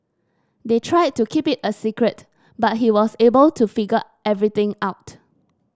they tried to keep it a secret but he was able to figure everything out